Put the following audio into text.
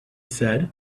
said